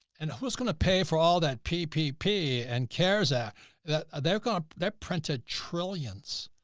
and who's going to pay for all that ppp and cares ah that they're going to that printed trillions.